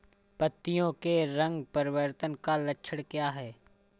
पत्तियों के रंग परिवर्तन का लक्षण क्या है?